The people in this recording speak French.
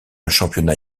championnat